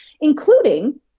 including